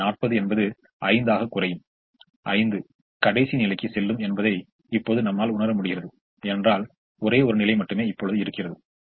இப்போது இதற்கும் ஒரு தொடக்க தீர்வு தேவைப்படுகிறது அதே போல் ஸ்டெப்பிங் ஸ்டோன் மெத்தெடுக்கும் ஒரு தொடக்க தீர்வு தேவைப்படுகிறது